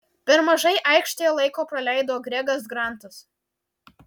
per mažai aikštėje laiko praleido gregas grantas